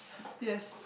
yes